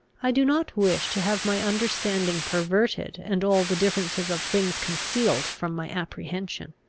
i do not wish to have my understanding perverted, and all the differences of things concealed from my apprehension.